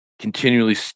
continually